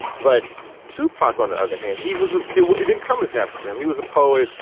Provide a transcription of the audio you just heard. but tupac on the other hand he was it it didn't come as natural for him. he was a poet.